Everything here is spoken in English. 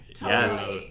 Yes